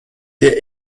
der